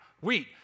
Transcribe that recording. wheat